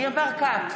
ניר ברקת,